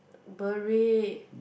beret